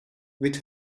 with